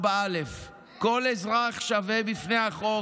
4א. כל אזרח שווה בפני החוק"